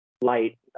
light